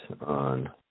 on